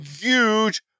huge